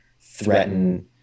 threaten